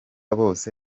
bose